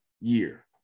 year